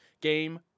game